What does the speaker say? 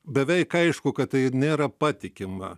beveik aišku kad tai nėra patikima